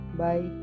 bye